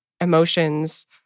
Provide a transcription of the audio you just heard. emotions